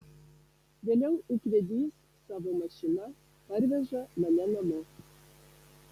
vėliau ūkvedys savo mašina parveža mane namo